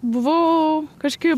buvau kažkaip